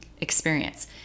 experience